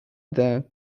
the